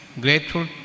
grateful